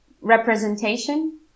representation